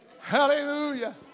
Hallelujah